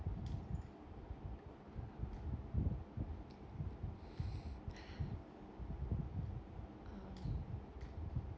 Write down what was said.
um